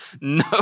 no